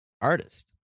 artist